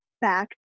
back